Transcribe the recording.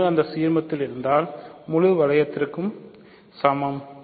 1 அந்த சீர்மத்தில் இருந்தால் முழு வளையத்திற்கு சமம்